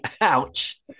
Ouch